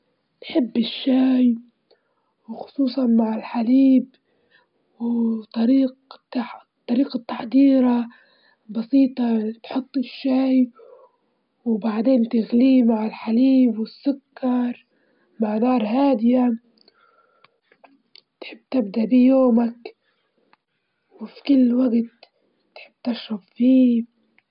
يوم زرت القاهرة عاصمة مصر ولفيت فيها وعديت الأهرامات وعديت لل- للقلعة، وعديت لحديقة الحيوانات، وكان جو سمح بكل وعديت للملاهي.